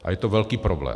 A je to velký problém.